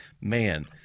man